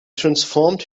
transformed